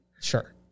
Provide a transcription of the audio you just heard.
sure